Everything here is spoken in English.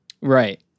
Right